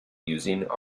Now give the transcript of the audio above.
using